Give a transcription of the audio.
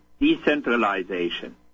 decentralization